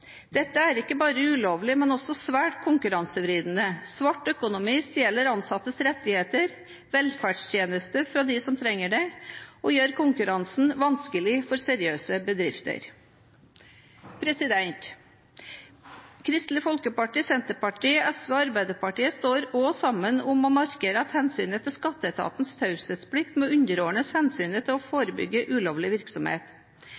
dette er et stort problem? NHO sier i Aftenpostens reportasje: «Dette er ikke bare ulovlig, men også svært konkurransevridende. Svart økonomi stjeler ansattes rettigheter, velferdstjenester fra de som trenger det og gjør konkurransen vanskelig for seriøse bedrifter.» Kristelig Folkeparti, Senterpartiet, SV og Arbeiderpartiet står også sammen om å markere at hensynet til skatteetatens taushetsplikt må underordnes hensynet til å forebygge ulovlig virksomhet.